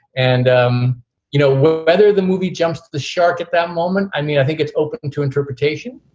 and um you know whether the movie jumped the shark at that moment, i mean, i think it's open to interpretation,